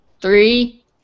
three